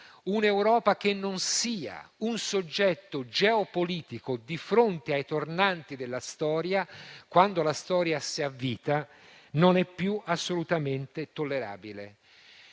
Un'Europa che non sia un soggetto geopolitico di fronte ai tornanti della storia quando la storia si avvita non è più assolutamente tollerabile.